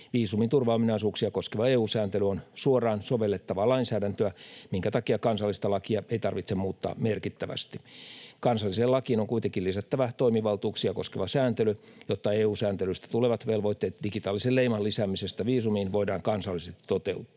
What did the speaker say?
Viisumin turvaominaisuuksia koskeva EU-sääntely on suoraan sovellettavaa lainsäädäntöä, minkä takia kansallista lakia ei tarvitse muuttaa merkittävästi. Kansalliseen lakiin on kuitenkin lisättävä toimivaltuuksia koskeva sääntely, jotta EU-sääntelystä tulevat velvoitteet digitaalisen leiman lisäämisestä viisumiin voidaan kansallisesti toteuttaa.